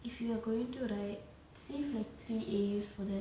if you're going to right save like three A_Us for that